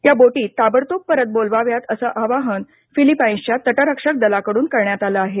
या बोटी ताबडतोब परत बोलवाव्यात असं आवाहन फिलिपाईन्सच्या तटरक्षक दलाकडून करण्यात आलं आहे